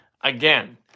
again